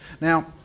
Now